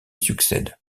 succède